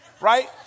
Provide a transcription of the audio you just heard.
right